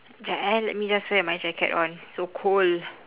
jap eh let me just wear my jacket on so cold